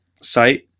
site